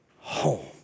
home